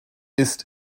ist